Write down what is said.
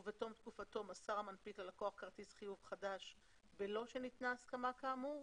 ובתום תקופתו מסר המנפיק ללקוח כרטיס חיוב חדש בלא שניתנה הסכמה כאמור,